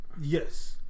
Yes